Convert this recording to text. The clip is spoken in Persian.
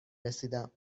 رسیدم